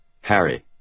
Harry